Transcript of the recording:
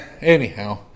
anyhow